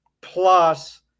plus